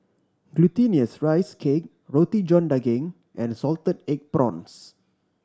Glutinous Rice Cake Roti John Daging and salted egg prawns